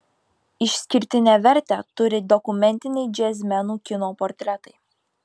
išskirtinę vertę turi dokumentiniai džiazmenų kino portretai